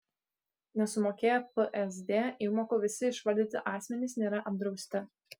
nesumokėję psd įmokų visi išvardyti asmenys nėra apdrausti